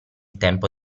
tempo